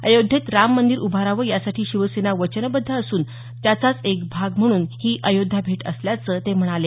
अयोध्येत राममंदिर उभारावं यासाठी शिवसेना वचनबद्ध असून त्याचाच एक भाग म्हणून ही अयोध्या भेट असल्याचं ते म्हणाले